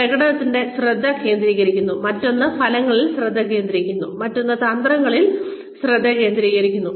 ഒന്ന് പ്രകടനത്തിൽ ശ്രദ്ധ കേന്ദ്രീകരിക്കുന്നു മറ്റൊന്ന് ഫലങ്ങളിൽ ശ്രദ്ധ കേന്ദ്രീകരിക്കുന്നു മറ്റൊന്ന് തന്ത്രത്തിൽ ശ്രദ്ധ കേന്ദ്രീകരിക്കുന്നു